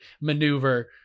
maneuver